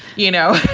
you know?